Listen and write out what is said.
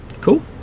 Cool